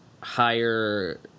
higher